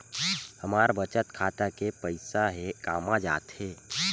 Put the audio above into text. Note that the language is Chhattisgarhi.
हमर बचत खाता के पईसा हे कामा जाथे?